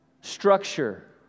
structure